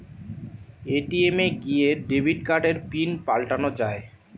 ATM এ গিয়ে debit কার্ডের পিন পাল্টানো যায়